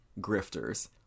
grifters